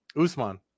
Usman